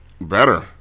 better